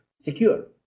secure